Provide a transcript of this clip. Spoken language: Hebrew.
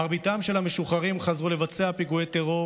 מרבית המשוחררים חזרו לבצע פיגועי טרור